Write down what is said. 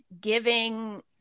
giving